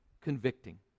convicting